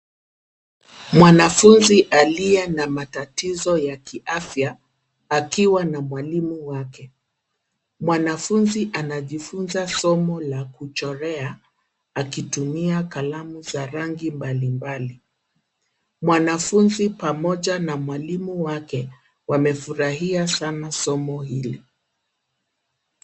Mwanafuzi aliye na matatizo ya kiafya akiwa na mwalimu wake. Mwanafuzi anajifunza somo la kuchorea akitumia kalamu za rangi mbalimbali. Mwanafuzi pamoja na mwalimu wake wamefurahia sana somo hili.